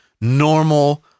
normal